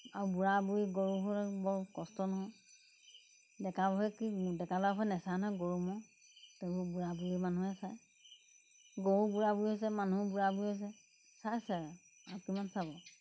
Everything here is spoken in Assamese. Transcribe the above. আৰু বুঢ়া বুঢ়ী গৰুবোৰ বৰ কষ্ট নহয় ডেকাবোৰে কি ডেকা ল'ৰাবোৰে নেচাই নহয় গৰু ম'হ সেইবোৰ বুঢ়া বুঢ়ী মানুহে চায় গৰুও বুঢ়া বুঢ়ী হৈছে মানুহো বুঢ়া বুঢ়ী হৈছে চাইছে আৰু আৰু কিমান চাব